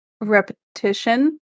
repetition